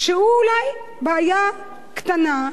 שהוא אולי בעיה קטנה,